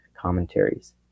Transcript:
commentaries